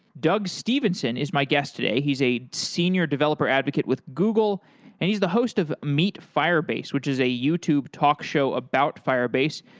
doug stevenson is my guest today. he's a senior developer advocate with google and he's the host of meet firebase, which is a youtube talk show about firebase.